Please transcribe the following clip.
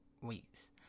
weeks